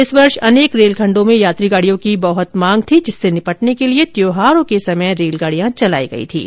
इस वर्ष अनेक रेल खण्डों में यात्री गाडियों की बहुत मांग थी जिससे निपटने के लिए त्यौहारों के समय रेलगाडियां चलाई गई थीं